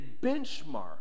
benchmark